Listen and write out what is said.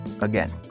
Again